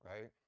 right